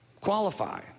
qualify